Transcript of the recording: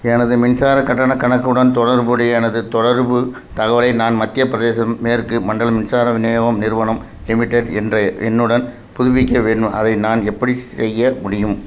எனது மின்சார கட்டணக் கணக்குடன் தொடர்புடைய எனது தொடர்பு தகவலை நான் மத்தியப் பிரதேசம் மேற்கு மண்டல மின்சார விநியோகம் நிறுவனம் லிமிடெட் என்ற எண்ணுடன் புதுப்பிக்க வேண்டும் அதை நான் எப்படி செய்ய முடியும்